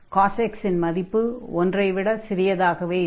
cos x இன் மதிப்பு ஒன்றை விட சிறியதாகவே இருக்கும்